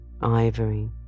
ivory